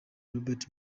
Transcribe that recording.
robert